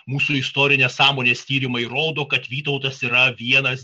mūsų istorinės sąmonės tyrimai rodo kad vytautas yra vienas